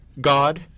God